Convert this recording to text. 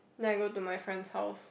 then I go to my friend's house